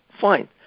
fine